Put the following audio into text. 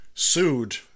Sued